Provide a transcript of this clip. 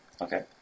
Okay